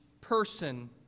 person